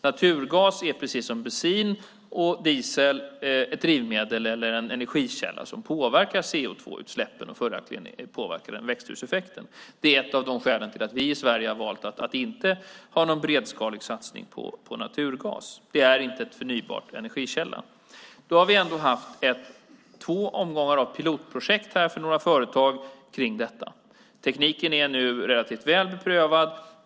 Naturgas är precis som bensin och diesel ett drivmedel eller en energikälla som påverkar CO2-utsläppen. Följaktligen påverkar den även växthuseffekten. Det är ett av skälen till att vi i Sverige har valt att inte ha någon bredskalig satsning på naturgas. Det är inte en förnybar energikälla. Vi har ändå haft två omgångar av pilotprojekt för några företag när det gäller detta. Tekniken är nu relativt väl beprövad.